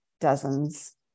dozens